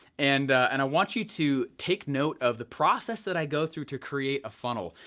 and and i want you to take note of the process that i go through to create a funnel.